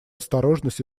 осторожность